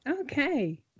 Okay